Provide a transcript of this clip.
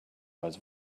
both